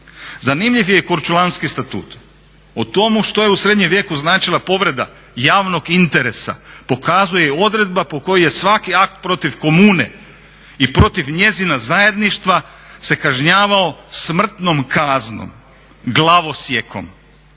Zanimljiv je i Korčulanski statut o tome što je u srednjem vijeku značila povreda javnog interesa pokazuje odredba po kojoj je svaki akt protiv komune i protiv njezina zajedništva se kažnjavao smrtnom kaznom glavosjekom,